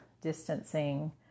distancing